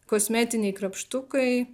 kosmetiniai krapštukai